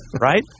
right